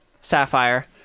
Sapphire